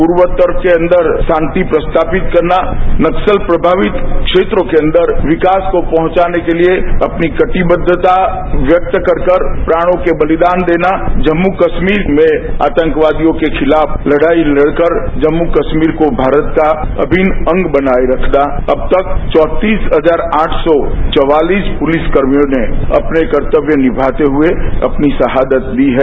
प्रवोत्तर के अंदर शांति प्रस्तावित करना नक्सल प्रभावित क्षेत्रों के अंदर विकास को पहंचाने के लिए अपनी कटिबद्धता व्यक्त कर कर प्राणों के बलिदान देना जम्मू कश्मीर में आतंकवादियों के खिलाफ लड़ाई लड़कर जम्म् कश्मीर को भारत का अभिन्न अंग बनाए रखना अब तक चौंतीस हजार आठ सौ चवालीस पुलिसकर्मियों ने अपने कर्तव्य निभाते हुए अपनी शहादत दी है